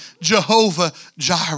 Jehovah-Jireh